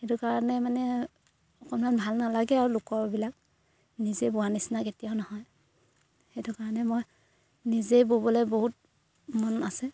সেইটো কাৰণে মানে অকণমান ভাল নালাগে আৰু লোকৰবিলাক নিজে বোৱা নিচিনা কেতিয়াও নহয় সেইটো কাৰণে মই নিজেই ব'বলে বহুত মন আছে